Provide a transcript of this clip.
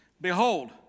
Behold